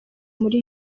muri